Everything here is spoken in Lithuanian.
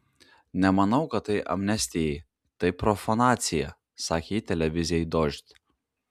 nemanau kad tai amnestijai tai profanacija sakė ji televizijai dožd